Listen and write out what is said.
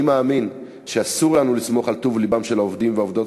אני מאמין שאסור לנו לסמוך על טוב לבם של העובדים והעובדות